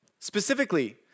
Specifically